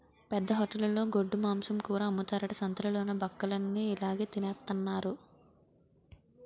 పెద్ద హోటలులో గొడ్డుమాంసం కూర అమ్ముతారట సంతాలలోన బక్కలన్ని ఇలాగె తినెత్తన్నారు